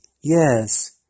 Yes